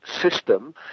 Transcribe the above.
system